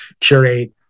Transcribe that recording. curate